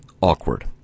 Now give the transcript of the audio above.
awkward